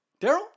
Daryl